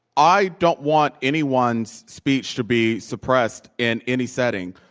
i don't want anyone's speech to be suppressed in any setting.